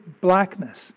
blackness